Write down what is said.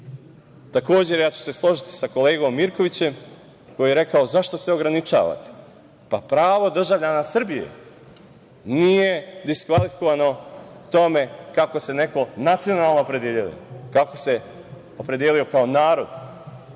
naroda. Takođe, ja ću se složiti sa kolegom Mirkovićem, koji je rekao – zašto seograničavate? Pravo državljana Srbije nije diskvalifikovano time kako se neko nacionalno opredeljuje, kako se opredelio kao narod.